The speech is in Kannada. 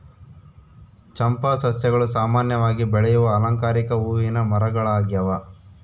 ಚಂಪಾ ಸಸ್ಯಗಳು ಸಾಮಾನ್ಯವಾಗಿ ಬೆಳೆಯುವ ಅಲಂಕಾರಿಕ ಹೂವಿನ ಮರಗಳಾಗ್ಯವ